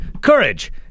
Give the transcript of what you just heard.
Courage